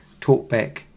talkback